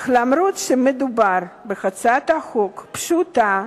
אך אף-על-פי שמדובר בהצעת חוק פשוטה,